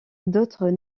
d’autres